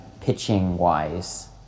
pitching-wise